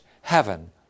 heaven